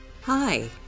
Hi